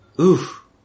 Oof